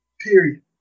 period